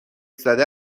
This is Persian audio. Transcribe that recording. زده